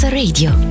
radio